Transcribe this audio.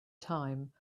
time